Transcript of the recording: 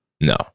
No